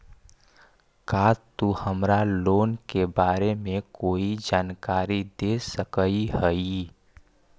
का तु हमरा लोन के बारे में कोई जानकारी दे सकऽ हऽ?